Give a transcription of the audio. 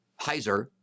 Heiser